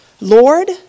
Lord